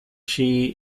she